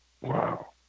Wow